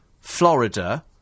Florida